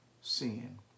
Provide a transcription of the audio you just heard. sin